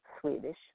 Swedish